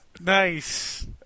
Nice